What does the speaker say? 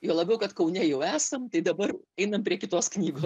juo labiau kad kaune jau esam tai dabar einam prie kitos knygos